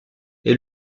est